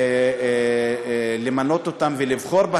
למנות ולבחור,